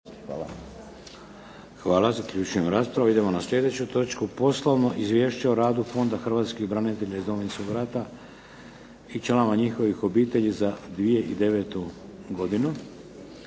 **Šeks, Vladimir (HDZ)** Idemo na sljedeću točku - Poslovno izvješće o radu Fonda hrvatskih branitelja iz Domovinskog rata i članova njihovih obitelji za 2009. godinu